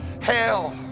hell